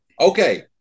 Okay